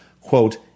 quote